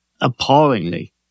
appallingly